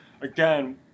again